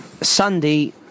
Sunday